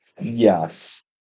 Yes